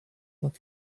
not